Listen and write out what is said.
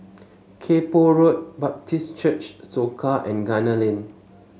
Kay Poh Road Baptist Church Soka and Gunner Lane